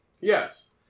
Yes